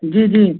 जी जी